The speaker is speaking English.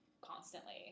constantly